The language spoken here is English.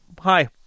Hi